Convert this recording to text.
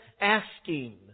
asking